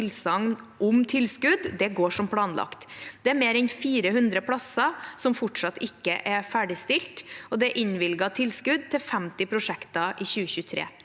om tilskudd, går som planlagt. Det er mer enn 400 plasser som fortsatt ikke er ferdigstilt, og det er innvilget tilskudd til 50 prosjekter i 2023.